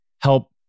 help